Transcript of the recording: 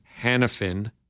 Hannafin